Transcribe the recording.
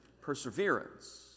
Perseverance